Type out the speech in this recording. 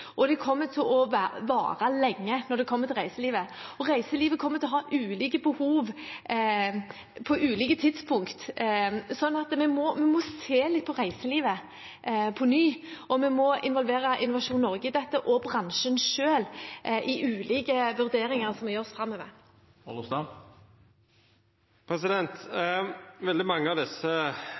reiselivet. Reiselivet kommer til å ha ulike behov på ulike tidspunkt. Så vi må se på reiselivet på nytt, og vi må involvere Innovasjon Norge og bransjen selv i dette og i de ulike vurderingene som må gjøres framover. For veldig mange av